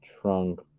trunk